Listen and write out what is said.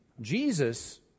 Jesus